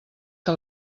que